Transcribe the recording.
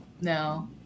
No